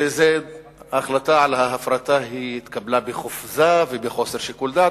שההחלטה על ההפרטה התקבלה בחופזה ובחוסר שיקול דעת,